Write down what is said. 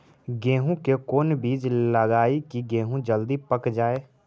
गेंहू के कोन बिज लगाई कि गेहूं जल्दी पक जाए?